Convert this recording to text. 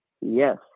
yes